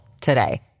today